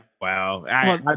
Wow